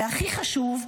והכי חשוב,